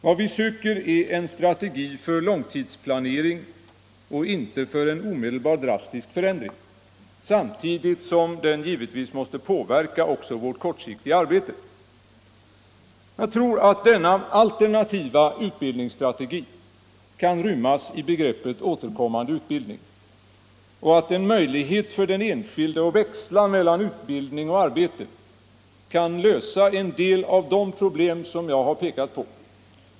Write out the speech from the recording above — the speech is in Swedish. Vad vi söker är en strategi för långtidsplanering och inte för en omedelbar drastisk förändring, samtidigt som den givetvis måste påverka också vårt kortsiktiga arbete. Jag tror att denna alternativa utbildningsstrategi kan rymmas i begreppet återkommande utbildning och att en möjlighet för den enskilde att växla mellan utbildning och arbete kan lösa en del av de problem jag pekat på.